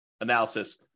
analysis